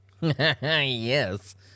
Yes